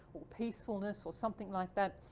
peacefulness or something like that.